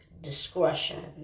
discretion